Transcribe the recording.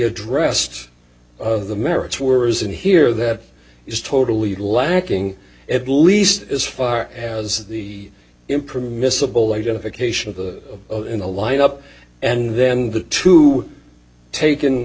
addressed the merits were as in here that is totally lacking at least as far as the impermissible identification of the in the lineup and then the two taken